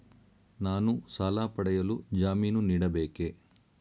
ನಾನು ಸಾಲ ಪಡೆಯಲು ಜಾಮೀನು ನೀಡಬೇಕೇ?